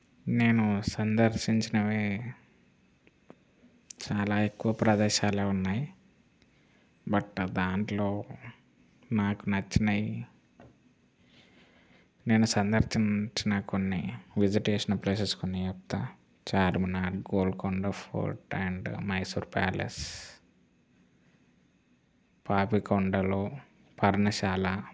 నేను సందర్శించినవి చాలా ఎక్కువ ప్రదేశాలే ఉన్నాయి బట్ దాంట్లో నాకు నచ్చినవి నేను సందర్శించిన కొన్ని విజిట్ చేసిన ప్లేసెస్ కొన్ని చెప్తాను Charminar Golconda fort and Mysore palace Papikondalu Parnasala